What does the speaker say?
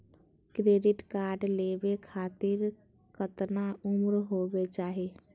Credit card लेवे खातीर कतना उम्र होवे चाही?